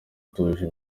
tuje